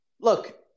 look